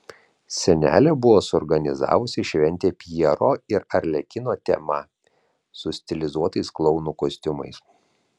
senelė buvo suorganizavusi šventę pjero ir arlekino tema su stilizuotais klounų kostiumais